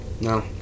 No